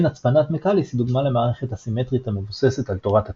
הצפנת מקאליס היא דוגמה למערכת אסימטרית המבוססת על תורת הקודים.